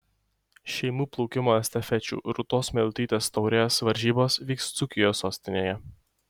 šeimų plaukimo estafečių rūtos meilutytės taurės varžybos vyks dzūkijos sostinėje